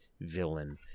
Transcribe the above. villain